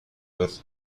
with